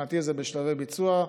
מבחינתי זה בשלבי ביצוע,